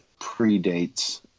predates